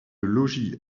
logis